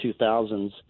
2000s